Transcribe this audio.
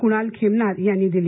कुणाल खेमनार यांनी दिली